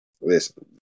listen